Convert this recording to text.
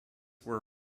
were